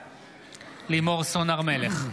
בעד לימור סון הר מלך,